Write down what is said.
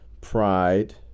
pride